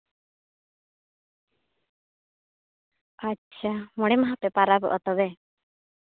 ᱟᱪᱪᱷᱟ ᱢᱚᱬᱮ ᱢᱟᱦᱟ ᱯᱮ ᱯᱟᱨᱟᱵᱚᱜᱼᱟ ᱛᱚᱵᱮ